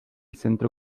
centro